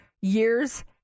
years